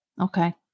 Okay